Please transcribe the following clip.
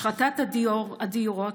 השחתת הדירות